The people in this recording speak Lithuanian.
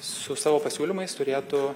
su savo pasiūlymais turėtų